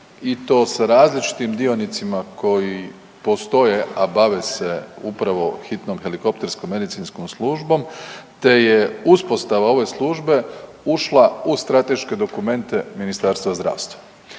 i to sa različitim dionicima koji postoje, a bave se upravo hitnom helikopterskom medicinskom službom te je uspostava ove službe ušla u strateške dokumente Ministarstva zdravstva.